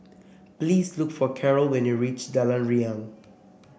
please look for Karol when you reach Jalan Riang